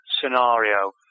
scenario